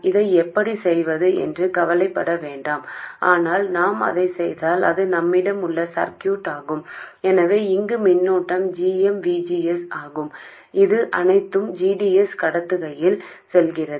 அதை எப்படி செய்வது என்று கவலைப்பட வேண்டாம் ஆனால் நாம் அதைச் செய்தால் இது நம்மிடம் உள்ள சர்க்யூட் ஆகும் எனவே இங்கு மின்னோட்டம் g m V G S ஆகும் இது அனைத்தும் g d s கடத்துகையில் செல்கிறது